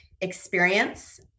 experience